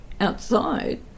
outside